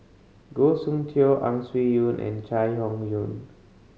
Goh Soon Tioe Ang Swee Aun and Chai Hon Yoong